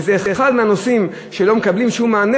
וזה אחד מהנושאים שלא מקבלים שום מענה